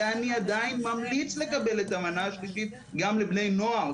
ואני עדיין ממליץ לקבל את המנה השלישית גם לבני נוער,